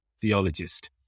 theologist